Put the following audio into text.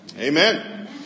Amen